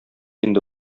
инде